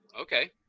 Okay